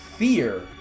Fear